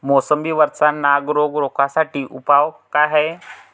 मोसंबी वरचा नाग रोग रोखा साठी उपाव का हाये?